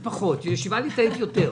בישיבה תיכונית זה פחות, בישיבה ליטאית יותר.